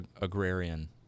agrarian